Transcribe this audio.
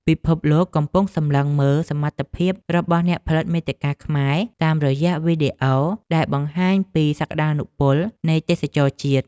ពិភពលោកកំពុងសម្លឹងមើលសមត្ថភាពរបស់អ្នកផលិតមាតិកាខ្មែរតាមរយៈវីដេអូដែលបង្ហាញពីសក្តានុពលនៃទេសចរណ៍ជាតិ។